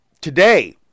Today